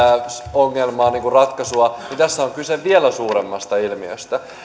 ratkaisua tässä on kyse vielä suuremmasta ilmiöstä